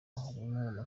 harimo